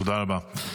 תודה רבה.